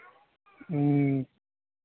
ह्म्म